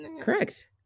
Correct